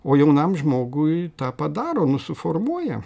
o jaunam žmogui tą padaro nu suformuoja